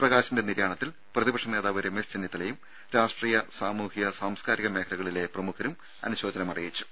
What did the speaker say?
പ്രകാശിന്റെ നിര്യാണത്തിൽ പ്രതിപക്ഷ നേതാവ് രമേശ് ചെന്നിത്തലയും രാഷ്ട്രീയ സാമൂഹിക സാംസ്കാരിക മേഖലയിലെ പ്രമുഖരും അനുശോചനമറിയിച്ചു